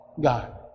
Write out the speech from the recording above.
God